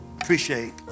appreciate